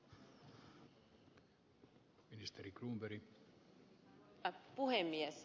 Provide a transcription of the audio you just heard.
arvoisa puhemies